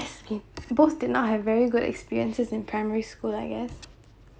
skip both did not have very good experiences in primary school I guess